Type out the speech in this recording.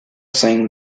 saying